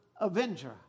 avenger